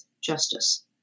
justice